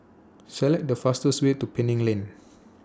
Select The fastest Way to Penang Lane